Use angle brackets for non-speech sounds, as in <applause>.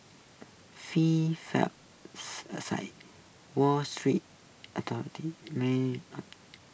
free fall <unintelligible> aside wall street <unintelligible>